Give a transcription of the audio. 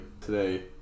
today